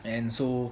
and so